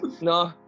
No